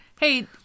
Hey